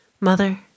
Mother